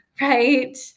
Right